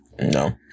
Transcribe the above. No